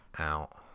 Out